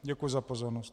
Děkuji za pozornost.